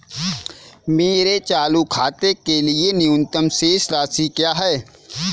मेरे चालू खाते के लिए न्यूनतम शेष राशि क्या है?